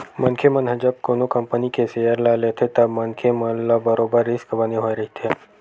मनखे मन ह जब कोनो कंपनी के सेयर ल लेथे तब मनखे मन ल बरोबर रिस्क बने होय रहिथे